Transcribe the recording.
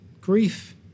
Grief